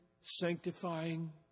sanctifying